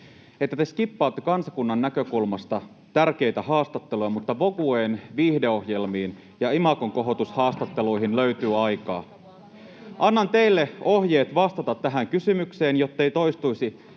että te skippaatte kansakunnan näkökulmasta tärkeitä haastatteluja, mutta Vogueen, viihdeohjelmiin ja imagonkohotushaastatteluihin löytyy aikaa. Annan teille ohjeet vastata tähän kysymykseen, jottei toistuisi